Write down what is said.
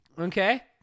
Okay